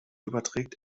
überträgt